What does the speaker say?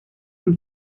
und